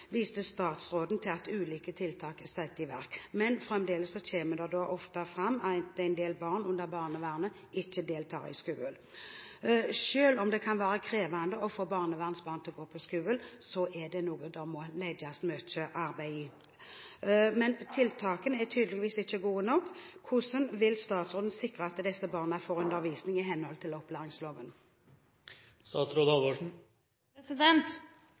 viste statsråden til at ulike tiltak er satt i verk. Men fremdeles kommer det ofte fram at en del barn under barnevernet ikke deltar i skolen. Selv om det kan være krevende å få barnevernsbarn til å gå på skolen, er det noe det må legges mye arbeid i. Men tiltakene er tydeligvis ikke gode nok. Hvordan vil statsråden sikre at disse barna får undervisning i henhold til opplæringsloven?